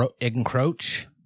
encroach